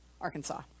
Arkansas